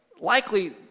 Likely